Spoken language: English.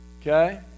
Okay